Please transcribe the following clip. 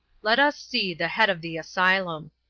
let us see the head of the asylum.